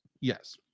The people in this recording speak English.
yes